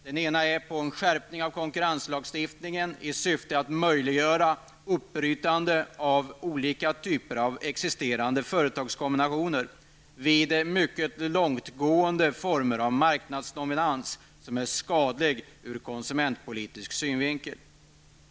Det ena kravet är att konkurrenslagstiftningen skall skärpas så att det blir möjligt att bryta upp olika typer av existerande företagskombination vid mycket långtgående former av marknadsdominans, som är skadlig ur konsumentpolitisk synvinkel.